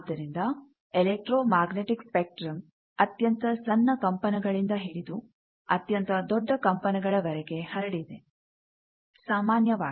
ಆದ್ದರಿಂದ electromagnetic spectrum ಅತ್ಯಂತ ಸಣ್ಣ ಕಂಪನಗಳಿಂದ ಹಿಡಿದು ಅತ್ಯಂತ ದೊಡ್ಡ ಕಂಪನಗಳ ವರೆಗೆ ಹರಡಿದೆ